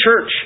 church